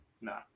No